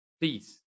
please